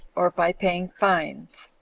or by paying fines.